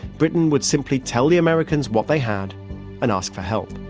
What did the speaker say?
britain would simply tell the americans what they had and ask for help